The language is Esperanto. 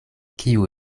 kiu